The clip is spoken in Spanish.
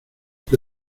que